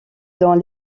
dans